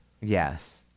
Yes